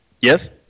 Yes